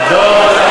וחבל.